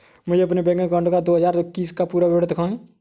मुझे अपने bank account का दो हज़ार इक्कीस का पूरा विवरण दिखाएँ?